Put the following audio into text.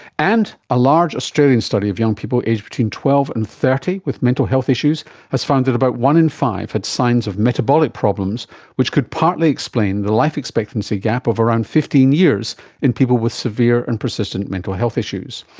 and a large australian study of young people aged between twelve and thirty with mental health issues has found about one in five had signs of metabolic problems which could partly explain the life expectancy gap of around fifteen years in people with severe and persistent mental health issues.